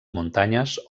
muntanyes